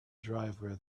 driver